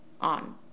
on